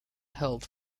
held